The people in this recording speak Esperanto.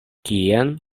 kien